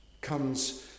comes